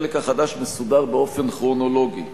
החלק החדש מסודר באופן כרונולוגי,